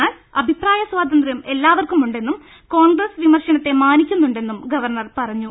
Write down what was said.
എന്നാൽ അഭിപ്രായ സ്വാതന്ത്ര്യം എല്ലാവർക്കുമുണ്ടെന്നും കോൺഗ്രസ് വിമർശനത്തെ മാനിക്കുന്നുണ്ടെന്നും ഗവർണർ പറഞ്ഞു